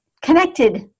connected